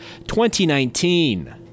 2019